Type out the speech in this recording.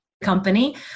company